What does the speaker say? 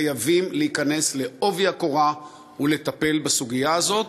חייבים להיכנס בעובי הקורה ולטפל בסוגיה הזאת,